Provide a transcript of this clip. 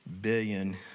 billion